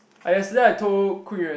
I yesterday I told Kun-Yuan